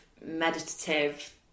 meditative